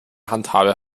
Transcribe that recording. handhabe